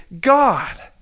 God